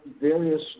various